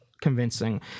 convincing